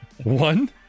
One